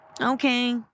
Okay